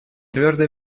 твердо